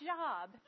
job